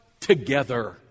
together